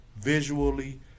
visually